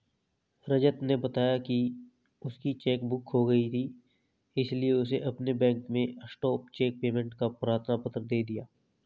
रजत ने बताया की उसकी चेक बुक खो गयी थी इसीलिए उसने अपने बैंक में स्टॉप चेक पेमेंट का प्रार्थना पत्र दे दिया